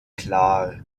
klar